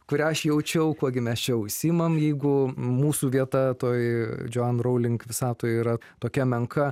kurią aš jaučiau kuo gi mes čia užsiimam jeigu mūsų vieta toj joanne rowling visatoj yra tokia menka